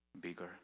bigger